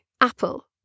Apple